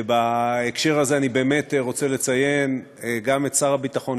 ובהקשר הזה אני באמת רוצה לציין גם את שר הביטחון,